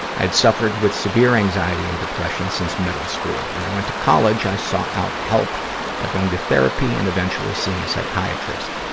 i'd suffered with severe anxiety and depression since middle school. when i went to college, i sought out help by going to therapy and eventually seeing a psychiatrist.